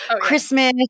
Christmas